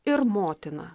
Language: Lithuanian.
ir motina